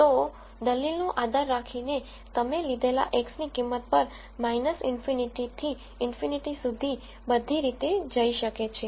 તો તે દલીલ નો આધાર રાખીને તમે લીધેલા X ની કિંમત પર ∞ થી ∞ સુધી બધી રીતે જઈ શકે છે